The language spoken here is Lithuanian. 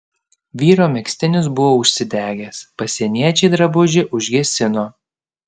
vyro megztinis buvo užsidegęs pasieniečiai drabužį užgesino